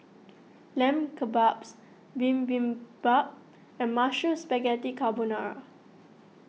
Lamb Kebabs Bibimbap and Mushroom Spaghetti Carbonara